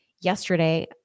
Yesterday